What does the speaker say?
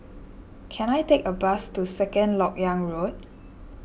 can I take a bus to Second Lok Yang Road